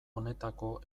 honetako